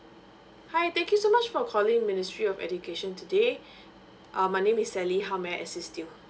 hi thank you so much for calling ministry of education today uh my name is sally how may I assist you